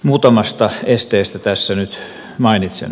muutamasta esteestä tässä nyt mainitsen